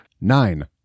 Nine